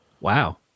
Wow